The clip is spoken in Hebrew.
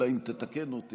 אלא אם כן תתקן אותי,